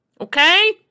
Okay